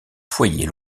foyer